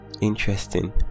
Interesting